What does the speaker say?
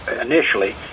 initially